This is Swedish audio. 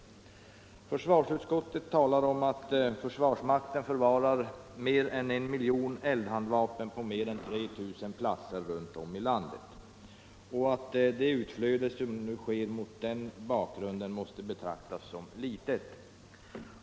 Försvarsutskottet skriver att försvarsmakten förvarar mer än 1 miljon handeldvapen på mer än 3 000 platser i landet och att det utflöde som nu sker mot den bakgrunden måste betraktas som litet.